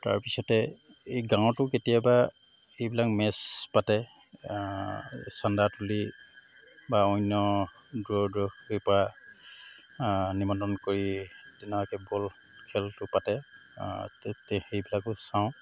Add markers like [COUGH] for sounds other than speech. তাৰপিছতে এই গাঁৱতো কেতিয়াবা এইবিলাক মেচ পাতে চান্দা তুলি বা অন্য দূৰদৰ্শীৰপৰা নিমন্ত্ৰণ কৰি [UNINTELLIGIBLE] কেৱল খেলটো পাতে তে সেইবিলাকো চাওঁ